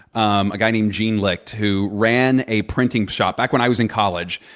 um a guy named gene licht who ran a printing shop back when i was in college.